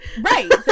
right